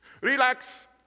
Relax